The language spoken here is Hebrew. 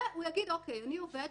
הוא יגיד אני עובד,